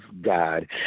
God